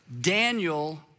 Daniel